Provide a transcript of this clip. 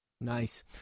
Nice